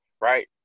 right